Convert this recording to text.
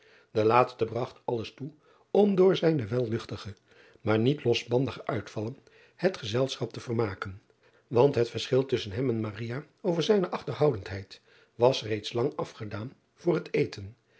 e laatste bragt alles toe om door zijne wel luchtige maar niet losbandige uitvallen het gezelschap te vermaken want het verschil tusschen hem en over zijne achterhoudendheid was reeds lang afgedaan voor het eten